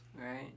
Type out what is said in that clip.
right